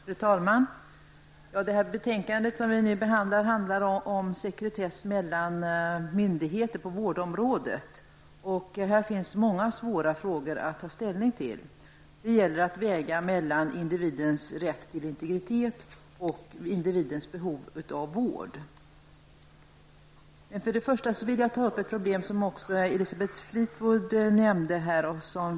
Fru talman! Det betänkande som vi nu diskuterar handlar om sekretess inom och mellan myndigheter på vårdområdet. Här finns många svåra frågor att ta ställning till. Det gäller att väga mellan individens rätt till integritet och individens behov av vård. Jag vill börja med att ta upp ett problem som även Elisabeth Fleetwood berörde.